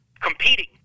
competing